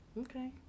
Okay